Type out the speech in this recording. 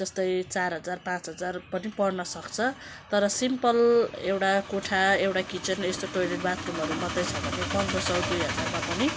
जस्तै चार हजार पाँच हजार पनि पर्न सक्छ तर सिम्पल एउटा कोठा एउटा किचन यस्तो टोइलेट बाथरुमहरू मात्रै छ भने पन्ध्र सय दुई हजारमा पनि